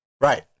Right